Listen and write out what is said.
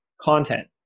content